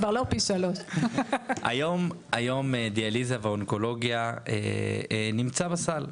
כבר לא פי 3. היום דיאליזה ואונקולוגיה נמצא בסל.